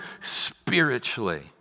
spiritually